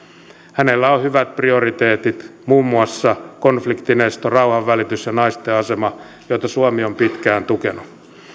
hänellä on hyvät prioriteetit muun muassa konfliktinesto rauhanvälitys ja naisten asema joita suomi on pitkään tukenut